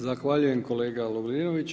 Zahvaljujem kolega Lovrinović.